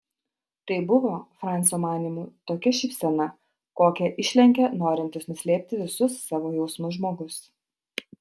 tai buvo francio manymu tokia šypsena kokią išlenkia norintis nuslėpti visus savo jausmus žmogus